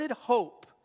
hope